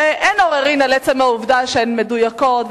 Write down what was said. שאין עוררין על עצם העובדה שהן מדויקות,